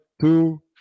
two